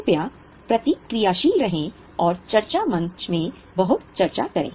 कृपया प्रतिक्रियाशील रहें और चर्चा मंच में बहुत चर्चा करें